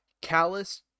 Callus